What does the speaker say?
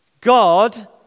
God